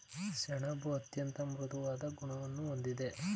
ಸೆಣಬು ಅತ್ಯಂತ ಮೃದುವಾದ ಗುಣವನ್ನು ಹೊಂದಿದೆ